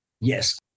Yes